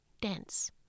dense